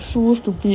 it's so stupid